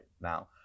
now